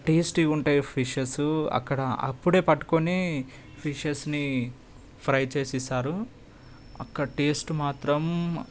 టేస్టీగా ఉంటాయి ఫిషెస్ అక్కడ అప్పుడే పట్టుకొని ఫిషెస్ని ఫ్రై చేసి ఇస్తారు అక్క టేస్ట్ మాత్రం